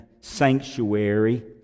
sanctuary